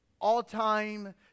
all-time